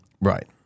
Right